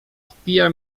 wpija